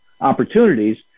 opportunities